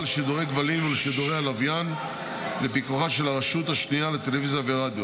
לשידורי כבלים ושידורי לוויין לפיקוחה של הרשות השנייה לטלוויזיה ורדיו,